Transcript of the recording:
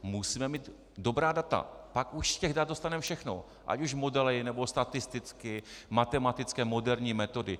Musíme mít dobrá data, pak už z těch dat dostaneme všechno, ať už modely, nebo statisticky, matematické moderní metody.